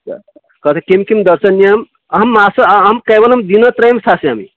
तर्हि तर्हि किं किं दर्शनीयम् अहं मास अहं केवलं दिनत्रयं स्थास्यामि